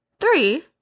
Three